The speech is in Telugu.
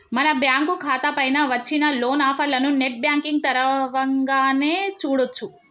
మన బ్యాంకు ఖాతా పైన వచ్చిన లోన్ ఆఫర్లను నెట్ బ్యాంకింగ్ తరవంగానే చూడొచ్చు